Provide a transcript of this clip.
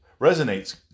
resonates